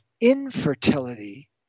infertility